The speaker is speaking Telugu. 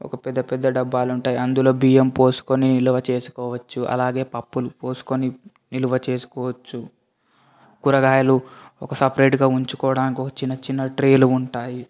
ఒక పెద్ద పెద్ద డబ్బాలుంటాయి అందులో బియ్యం పోసుకొని నిలవ చేసుకోవచ్చు అలాగే పప్పులు పోసుకోని నిలవ చేసుకోవచ్చు కూరగాయలు ఒక సపరేట్గా ఉంచుకోడానికి చిన్న చిన్న ట్రేలు ఉంటాయి